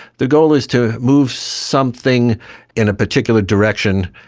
the goal is to move something in a particular direction,